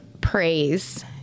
praise